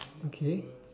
okay